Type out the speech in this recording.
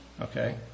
Okay